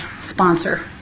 sponsor